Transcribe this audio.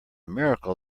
miracle